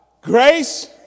grace